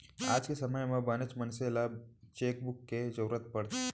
आज के समे म बनेच मनसे ल चेकबूक के जरूरत परथे